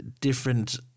different